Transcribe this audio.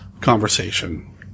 conversation